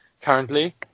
currently